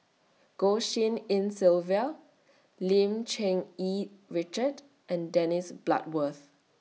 Goh Tshin En Sylvia Lim Cherng Yih Richard and Dennis Bloodworth